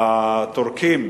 הטורקים,